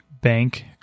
bank